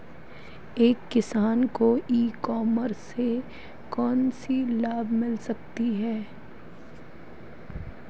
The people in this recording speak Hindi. एक किसान को ई कॉमर्स के कौनसे लाभ मिल सकते हैं?